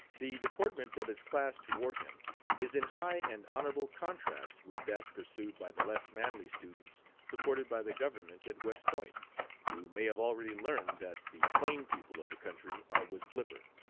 the deportment of his class toward him is in high and honorable contrast with that pursued by the less manly students supported by the government at west point, who may have already learned that the plain people of the country are with flipper.